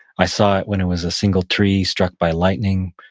i saw it when it was a single tree struck by lightning,